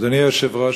אדוני היושב-ראש,